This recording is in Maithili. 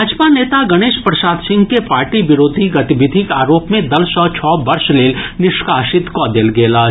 भाजपा नेता गणेश प्रसाद सिंह के पार्टी विरोधी गतिविधिक आरोप मे दल सँ छओ वर्ष लेल निष्कासित कऽ देल गेल अछि